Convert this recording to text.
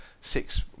six